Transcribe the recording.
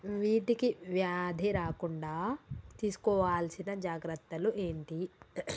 వీటికి వ్యాధి రాకుండా తీసుకోవాల్సిన జాగ్రత్తలు ఏంటియి?